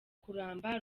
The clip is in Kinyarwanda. kuramba